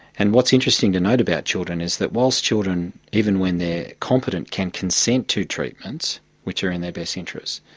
and what's interesting to note about children is that whilst children, even when they're competent, can consent to treatments which are in their best interests,